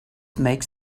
makes